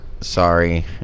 sorry